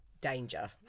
danger